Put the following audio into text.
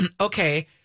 Okay